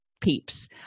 peeps